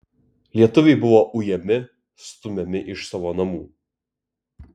lietuviai buvo ujami stumiami iš savo namų